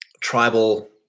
tribal